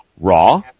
raw